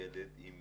ילד עם